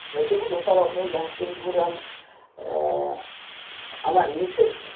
ᱰᱩᱵᱩᱡ ᱦᱟᱛᱟᱲᱚᱜ ᱢᱮ ᱡᱟᱦᱟᱸ ᱛᱤᱱ ᱵᱷᱳᱨ ᱟᱢ ᱟᱢᱟᱜ ᱱᱤᱥᱟᱹᱥ